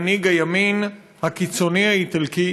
מנהיג הימין הקיצוני האיטלקי,